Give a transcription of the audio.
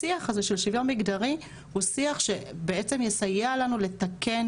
השיח הזה של שוויון מגדרי הוא שיח שבעצם יסייע לנו לתקן